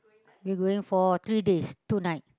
we going for three days two night